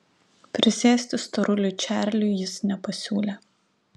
prisėsti storuliui čarliui jis nepasiūlė